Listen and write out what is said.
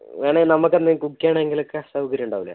വേണമെങ്കിൽ നമുക്ക് എന്തെങ്കിലും കുക്ക് ചെയ്യണെങ്കിലൊക്കെ സൗകര്യം ഉണ്ടാകില്ലേ